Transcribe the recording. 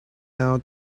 out